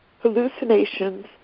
hallucinations